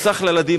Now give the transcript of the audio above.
הוא סח לילדים,